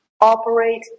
operate